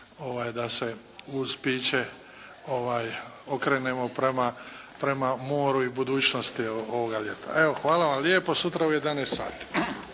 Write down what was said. da se uz piće okrenemo prema moru i budućnosti ovoga ljeta. Hvala vam lijepa. Sutra u 11,00